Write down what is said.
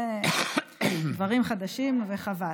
אלה דברים חדשים, וחבל.